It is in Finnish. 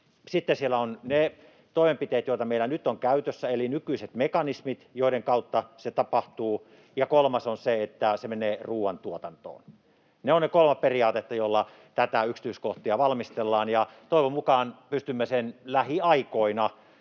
sitten ovat ne toimenpiteet, joita meillä nyt on käytössä, eli nykyiset mekanismit, joiden kautta se tapahtuu, ja kolmas on se, että se menee ruoantuotantoon. Ne ovat ne kolme periaatetta, joilla tämän yksityiskohtia valmistellaan, ja toivon mukaan pystymme sen lähiaikoina